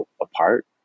apart